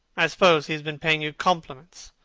i suppose he has been paying you compliments.